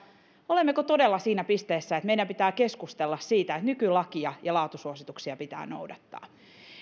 olemmeko todella siinä pisteessä että meidän pitää keskustella siitä että nykylakia ja laatusuosituksia pitää noudattaa se